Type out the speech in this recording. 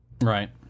right